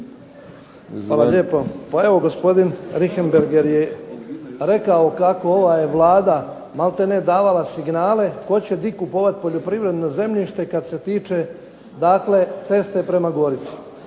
Hvala lijepo. Pa evo gospodin Richemberg je rekao kako ova je Vlada maltene davala signale tko će di kupovati poljoprivredno zemljište kad se tiče ceste prema Gorici.